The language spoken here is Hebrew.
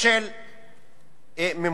של מימון.